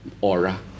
Aura